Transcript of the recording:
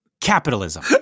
capitalism